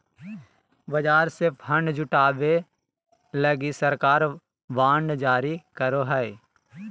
बाजार से फण्ड जुटावे लगी सरकार बांड जारी करो हय